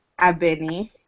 abeni